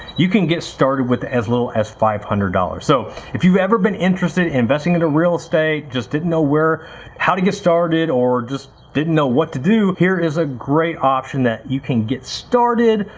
you can get started with as low as five hundred dollars so if you ever been interested investing into real estate, just didn't know where how to get started or just didn't know what to do, here is a great option that you can get started,